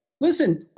listen